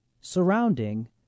surrounding